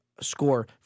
score